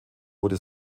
wurde